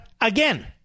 again